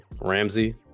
Ramsey